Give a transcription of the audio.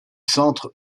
centre